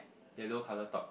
yellow colour top